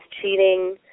cheating